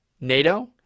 NATO